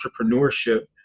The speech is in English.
entrepreneurship